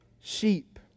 sheep